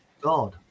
God